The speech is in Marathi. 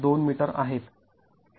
२ मीटर आहे